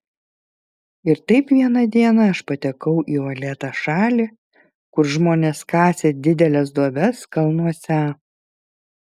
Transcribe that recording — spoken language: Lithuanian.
ir taip vieną dieną aš patekau į uolėtą šalį kur žmonės kasė dideles duobes kalnuose